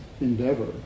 endeavor